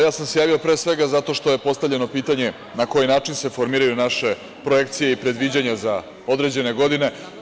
Javio sam se pre svega zato što je postavljeno pitanje – na koji način se formiraju naše projekcije i predviđanja za određene godine.